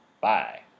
Bye